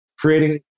creating